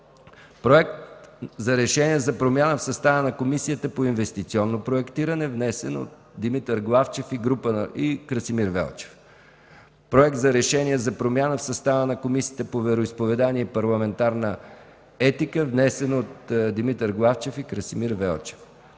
Проект за решение за промяна в състава на Комисията по инвестиционно проектиране. Вносители – Димитър Главчев и Красимир Велчев. Проект за решение за промяна в състава на Комисията по вероизповеданията и парламентарна етика. Вносители – Димитър Главчев и Красимир Велчев.